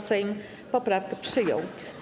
Sejm poprawki przyjął.